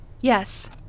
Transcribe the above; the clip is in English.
Yes